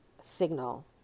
signal